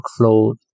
workflow